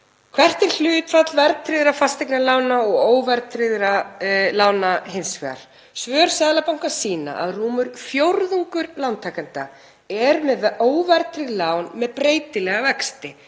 Hvert er hlutfall verðtryggðra fasteignalána og óverðtryggðra lána hins vegar? Svör Seðlabankans sýna að rúmur fjórðungur lántakenda er með óverðtryggð lán með breytilega vexti,